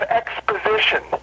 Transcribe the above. exposition